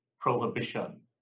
prohibition